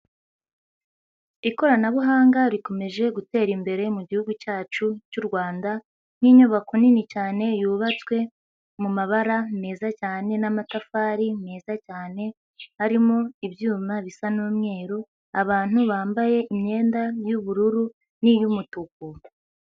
Ikoranabuhanga rikomeje gutera imbere mu gihugu cyacu cy'u Rwanda ni inyubako nini cyane yubatswe mu mabara meza cyane n'amatafari meza cyane harimo ibyuma bisa n'umweru, abantu bambaye imyenda y'ubururu n'iy'umutuku.